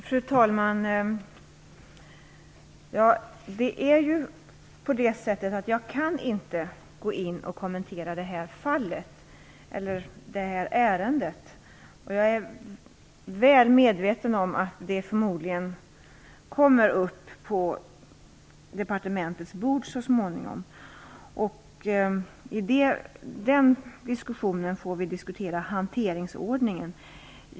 Fru talman! Jag kan inte kommentera det här ärendet. Jag är väl medveten om att det förmodligen kommer upp på departementets bord så småningom. Vi får då diskutera hanteringsordningen.